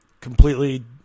Completely